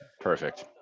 perfect